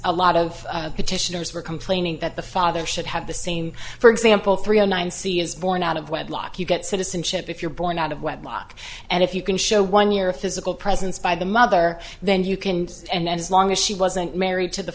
a lot of petitioners were complaining that the father should have the same for example three zero nine c is born out of wedlock you get citizenship if you're born out of wedlock and if you can show one year of physical presence by the mother then you can and as long as she wasn't married to the